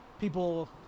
People